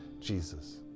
jesus